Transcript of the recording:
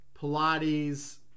Pilates